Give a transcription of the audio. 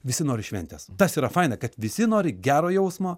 visi nori šventės tas yra faina kad visi nori gero jausmo